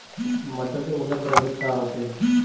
मटर के उन्नत प्रभेद का होखे?